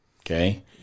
Okay